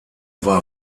war